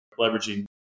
leveraging